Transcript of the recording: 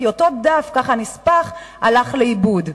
כי אותו דף, נספח, הלך לאיבוד.